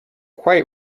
quite